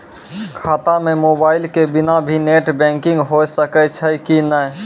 खाता म मोबाइल के बिना भी नेट बैंकिग होय सकैय छै कि नै?